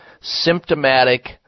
symptomatic